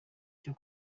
cyo